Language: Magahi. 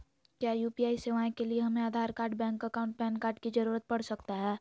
क्या यू.पी.आई सेवाएं के लिए हमें Aadhaar card bank account PAN card की जरूरत पड़ सकता है?